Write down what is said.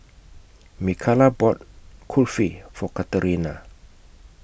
Mikala bought Kulfi For Katerina